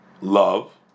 love